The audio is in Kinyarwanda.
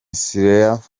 sirleaf